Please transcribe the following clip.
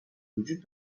وجود